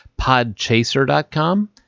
PodChaser.com